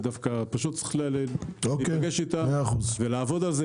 פשוט צריך להיפגש איתם ולעבוד על זה.